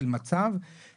לנכים